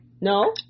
No